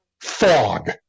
Fog